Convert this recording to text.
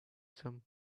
some